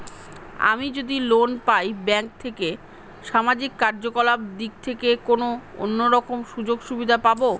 আমি যদি লোন পাই ব্যাংক থেকে সামাজিক কার্যকলাপ দিক থেকে কোনো অন্য রকম সুযোগ সুবিধা পাবো?